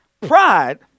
Pride